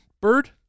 Bird